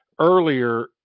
earlier